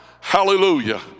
hallelujah